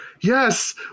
yes